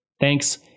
Thanks